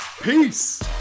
peace